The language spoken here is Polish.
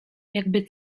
jakby